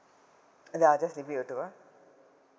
ya just leave it will do ah